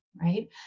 right